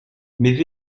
mais